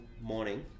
morning